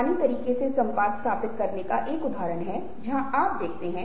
बहुत आम उदाहरण है कक्षाओं में जहां एक शिक्षक एक व्यक्ति से नाराज हो रहा है